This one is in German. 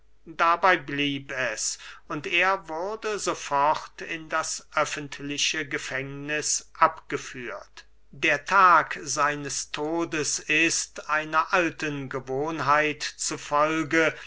dabey blieb es und er wurde sofort in das öffentliche gefängniß abgeführt der tag seines todes ist einer alten gewohnheit zu folge